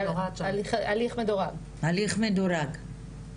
הנחיות בינלאומיות זה טוב, מה התבצע בארץ?